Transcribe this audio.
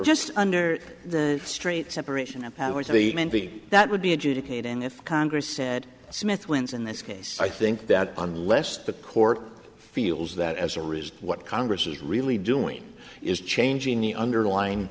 just under the straight separation of powers of the big that would be adjudicated and if congress said smith wins in this case i think that unless the court feels that as a result what congress is really doing is changing the underlyin